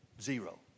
zero